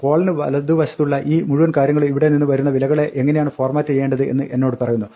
colon വലതുവശമുള്ള ഈ മുഴുവൻ കാര്യങ്ങളും ഇവിടെ നിന്ന് വരുന്ന വിലകളെ എങ്ങിനെയാണ് ഫോർമാറ്റ് ചെയ്യേണ്ടത് എന്ന് എന്നോട് പറയുന്നു